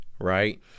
right